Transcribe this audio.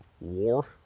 War